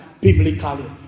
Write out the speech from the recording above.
Biblically